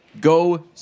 Go